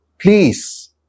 please